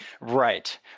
Right